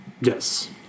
Yes